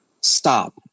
Stop